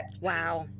Wow